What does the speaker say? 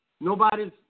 nobody's